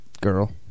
Girl